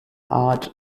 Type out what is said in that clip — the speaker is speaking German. art